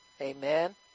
Amen